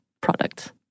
product